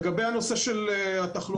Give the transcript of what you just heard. לגבי הנושא של התחלואה,